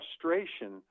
frustration